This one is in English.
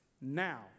now